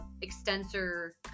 extensor